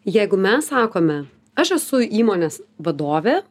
jeigu mes sakome aš esu įmonės vadovė